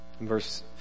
verse